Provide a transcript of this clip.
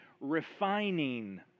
refining